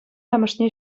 амӑшне